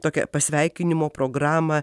tokią pasveikinimo programą